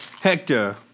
Hector